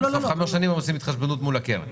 לא, בסוף חמש שנים הם עושים התחשבנות מול הקרן.